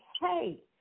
Hey